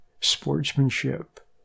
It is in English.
sportsmanship